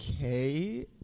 Okay